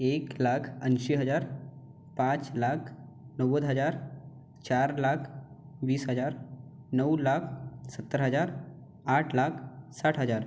एक लाख ऐंशी हजार पाच लाख नव्वद हजार चार लाख बीस हजार नऊ लाख सत्तर हजार आठ लाख साठ हजार